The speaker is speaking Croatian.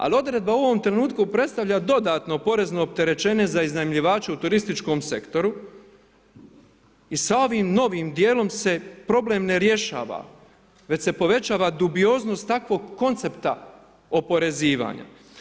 Ali odredba u ovom trenutku predstavlja dodatno porezne opterećenje za iznajmljivače u turističkom sektoru i sa ovim novim dijelom se problem ne rješava, već se povećava dubioznom takvog koncepta oporezivanja.